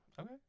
okay